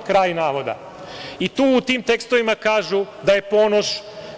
U tim tekstovima kažu da je Ponoš